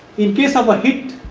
in case of a hit,